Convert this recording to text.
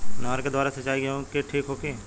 नहर के द्वारा सिंचाई गेहूँ के ठीक होखि?